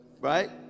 Right